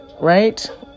right